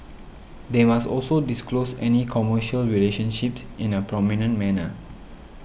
they must also disclose any commercial relationships in a prominent manner